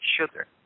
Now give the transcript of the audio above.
sugar